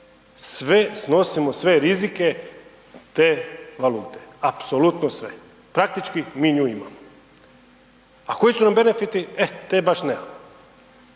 sve snosimo sve rizike te valute, apsolutno sve, praktički mi nju imamo, a koji su nam benefiti, e te baš nemamo.